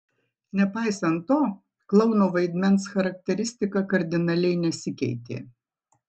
nepaisant to klouno vaidmens charakteristika kardinaliai nesikeitė